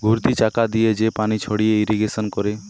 ঘুরতি চাকা দিয়ে যে পানি ছড়িয়ে ইরিগেশন করে